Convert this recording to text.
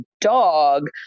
dog